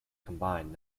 combined